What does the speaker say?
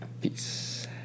Peace